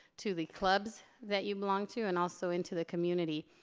to the clubs that you belong to and also into the community.